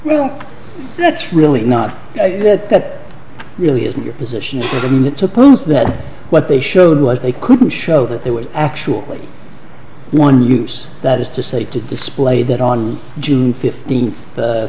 well that's really not that really isn't your position isn't it took that what they showed was they couldn't show that they would actually want to use that is to say to display that on june fifteenth